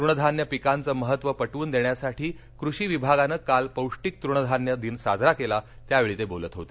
तुणधान्य पिकांचं महत्व पटवून देण्यासाठी कृषि विभागानं काल पौष्टिक तुणधान्य दिन साजरा केला त्यावेळी ते बोलत होते